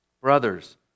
Brothers